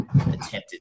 attempted